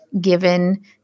given